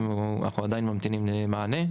אנחנו עדיין ממתינים למענה.